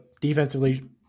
defensively